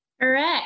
Correct